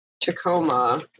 Tacoma